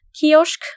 Kiosk